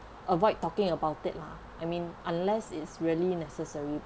avoid talking about it lah I mean unless it's really necessary